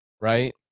right